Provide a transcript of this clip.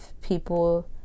people